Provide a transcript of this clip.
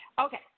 okay